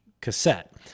cassette